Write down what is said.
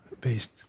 based